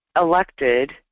elected